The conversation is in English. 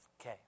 Okay